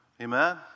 Amen